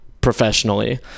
professionally